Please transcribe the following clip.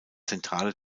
zentrale